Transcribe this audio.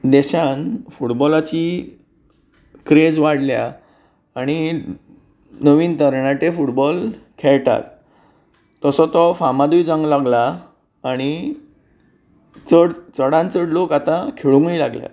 देशांत फुटबॉलाची क्रेज वाडल्या आनी नवीन तरणाटे फुटबॉल खेळटात तसो तो फामादूय जावंक लागला आनी चड चडांत चड लोक आतां खेळूंकय लागल्यात